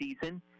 season